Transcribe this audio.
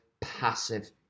passive